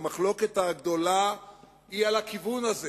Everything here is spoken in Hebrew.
המחלוקת הגדולה היא על הכיוון הזה,